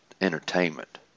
entertainment